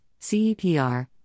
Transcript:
CEPR